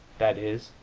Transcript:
that is,